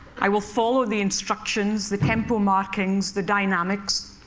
i will follow the instructions, the tempo markings, the dynamics.